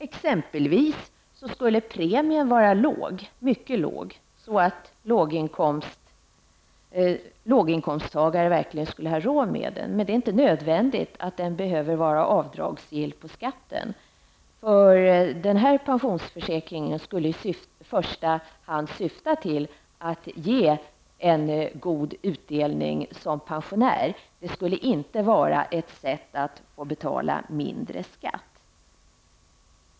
Premien skulle vara mycket låg så att låginkomsttagare verkligen hade råd med den. Den behöver inte nödvändigtvis vara avdragsgill på skatten. Den här pensionsförsäkringen skulle i första hand syfta till att man får en god utdelning som pensionär. Den skulle inte vara ett sätt att få betala mindre skatt.